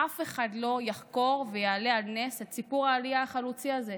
אף אחד לא יחקור ויעלה על נס את סיפור העלייה החלוצי הזה,